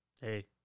Hey